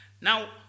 Now